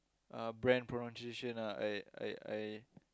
uh brand pronunciation ah I I I